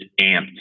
amped